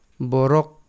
borok